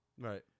Right